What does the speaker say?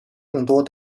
众多